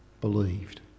believed